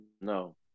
no